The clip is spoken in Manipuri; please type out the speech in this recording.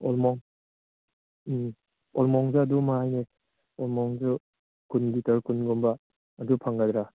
ꯑꯣꯜ ꯃꯣꯡ ꯎꯝ ꯑꯣꯜ ꯃꯣꯡꯗ ꯑꯗꯨ ꯑꯣꯜ ꯃꯣꯡꯗꯨ ꯀꯨꯟꯒꯤ ꯀꯨꯟꯒꯨꯝꯕ ꯑꯗꯨ ꯐꯪꯒꯗ꯭ꯔꯥ